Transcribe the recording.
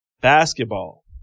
basketball